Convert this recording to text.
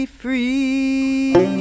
free